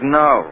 no